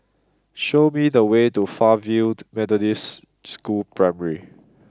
show me the way to Fairfield Methodist School Primary